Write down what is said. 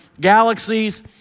galaxies